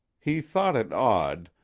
he thought it odd,